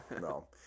No